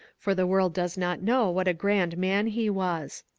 for the world does not know what a grand man he was.